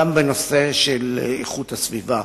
גם בנושא של איכות הסביבה,